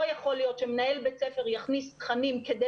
לא יכול להיות שמנהל בית ספר יכניס תכנים כדי